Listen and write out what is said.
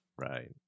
Right